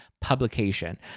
publication